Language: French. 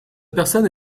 personne